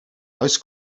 oes